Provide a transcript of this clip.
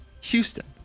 Houston